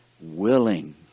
willing